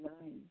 Nine